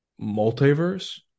multiverse